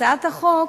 הצעת החוק